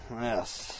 Yes